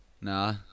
Nah